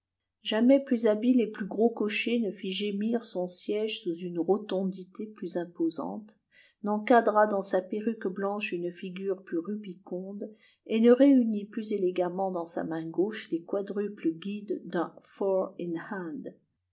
jamais plus habile et plus gros cocher ne fit gémir son siège sous une rotondité plus imposante n'encadra dans sa perruque blanche une figure plus rubiconde et ne réunit plus élégamment dans sa main gauche les quadruples guides d'un